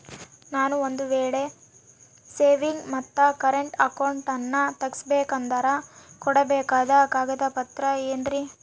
ನಾನು ಒಂದು ವೇಳೆ ಸೇವಿಂಗ್ಸ್ ಮತ್ತ ಕರೆಂಟ್ ಅಕೌಂಟನ್ನ ತೆಗಿಸಬೇಕಂದರ ಕೊಡಬೇಕಾದ ಕಾಗದ ಪತ್ರ ಏನ್ರಿ?